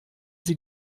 sie